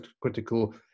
critical